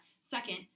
Second